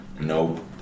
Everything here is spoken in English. Nope